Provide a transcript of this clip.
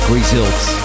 results